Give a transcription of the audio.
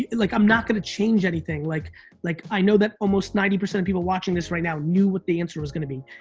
and like i'm not gonna change anything. like like i know that almost ninety percent of people watching this right now knew what the answer was gonna be.